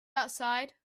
outside